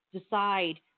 decide